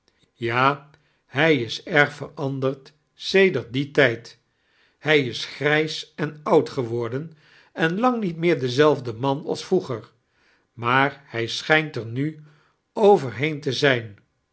ja hij is eirg verandea'd sedert dien tijd hij is grijs en oud geworden en lang niet meer deeelfde man als vtroeger maar hij schijnt er n overheen te zijn